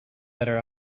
better